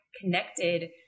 connected